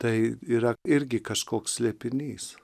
tai yra irgi kažkoks slėpinys